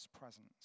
presence